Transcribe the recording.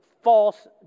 false